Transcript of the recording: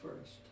first